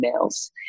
emails